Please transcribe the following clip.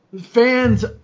fans